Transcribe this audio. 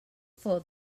for